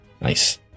Nice